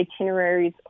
itineraries